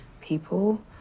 people